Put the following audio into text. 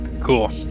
Cool